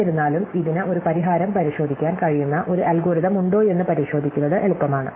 എന്നിരുന്നാലും ഇതിന് ഒരു പരിഹാരം പരിശോധിക്കാൻ കഴിയുന്ന ഒരു അൽഗോരിതം ഉണ്ടോയെന്ന് പരിശോധിക്കുന്നത് എളുപ്പമാണ്